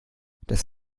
das